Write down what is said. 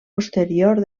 posterior